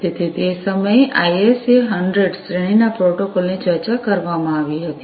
તેથી તે સમયે આઇએસએ 100 શ્રેણીના પ્રોટોકોલ ની ચર્ચા કરવામાં આવી હતી